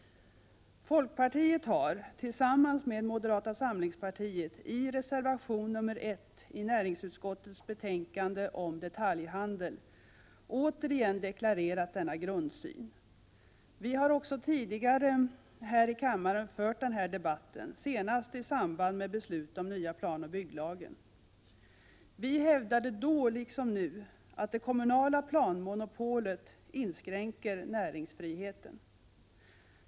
Folkpartiet har — tillsammans med moderata samlingspartiet — i reservation 1 i näringsutskottets betänkande om detaljhandel återigen deklarerat denna grundsyn. Vi har också tidigare här i kammaren fört denna debatt, senast i samband med beslutet om nya planoch bygglagen. Vi hävdade då, liksom nu, att det kommunala planmonopolet inskränker näringsfriheten.